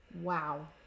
Wow